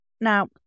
Now